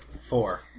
four